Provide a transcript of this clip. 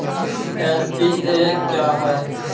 NPA क्या हैं?